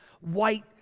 white